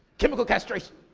chemical castration!